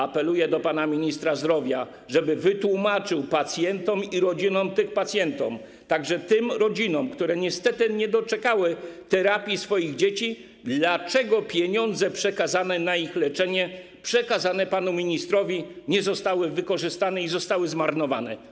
Apeluję do pana ministra zdrowia, żeby wytłumaczył pacjentom i rodzinom tych pacjentów, także tym rodzinom, które niestety nie doczekały terapii swoich dzieci, dlaczego pieniądze przekazane na ich leczenie, przekazane panu ministrowi, nie zostały wykorzystane i zostały zmarnowane.